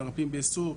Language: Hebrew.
מרפאים בעיסוק,